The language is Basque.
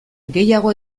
gehiago